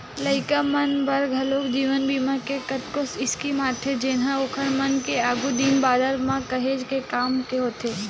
लइका मन बर घलोक जीवन बीमा के कतको स्कीम आथे जेनहा ओखर मन के आघु दिन बादर बर काहेच के काम के होथे